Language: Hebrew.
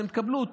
אתן תקבלו אותו.